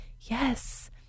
Yes